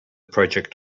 project